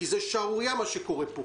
כי זה שערורייה מה שקורה פה,